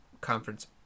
Conference